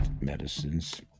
medicines